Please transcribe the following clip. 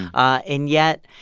and yet,